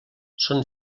són